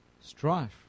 strife